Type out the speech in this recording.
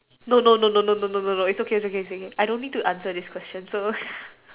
no no no no no no it's okay it's okay it's okay I don't need to answer this question so